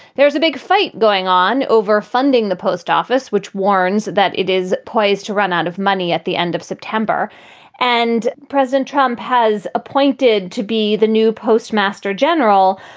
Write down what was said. there's a big fight going on over funding the post office, which warns that it is poised to run out of money at the end of september and president trump has appointed to be the new postmaster general.